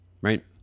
Right